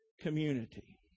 community